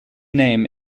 name